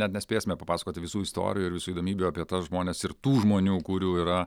net nespėsime papasakoti visų istorijų ir visų įdomybių apie tuos žmones ir tų žmonių kurių yra